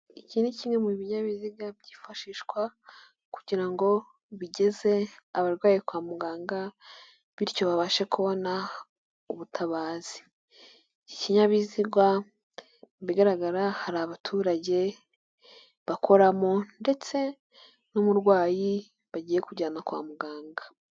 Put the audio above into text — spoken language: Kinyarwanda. Iki ni kimwe mu binyabiziga byifashishwa kugira ngo bigeze abarwaye kwa muganga bityo babashe kubona ubutabazi, iki kinyabiziga mu bigaragara hari abaturage bakoramo ndetse n'umurwayi bagiye kujyana kwa muganga.